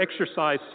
exercise